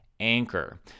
anchor